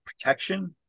protection